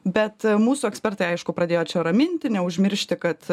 bet mūsų ekspertai aišku pradėjo raminti neužmiršti kad